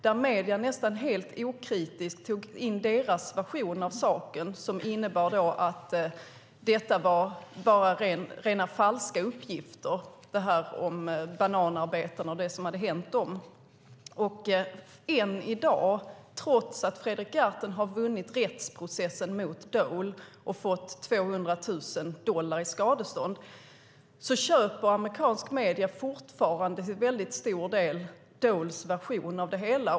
Medierna tog nästan helt okritiskt in Doles version av saken som innebar att uppgifterna om det som hänt bananarbetarna var falska. Trots att Fredrik Gertten har vunnit rättsprocessen mot Dole och fått 200 000 dollar i skadestånd köper amerikanska medier fortfarande till stor del Doles version av det hela.